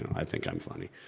um i think i'm funny.